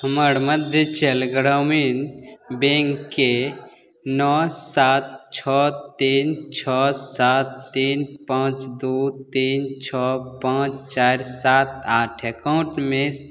हमर मध्यचल ग्रामीण बैँकके नओ सात छओ तीन छओ सात तीन पाँच दुइ तीन छओ पाँच चारि सात आठ एकाउन्टमे